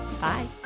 Bye